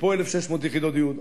ופה 1,600 יחידות דיור,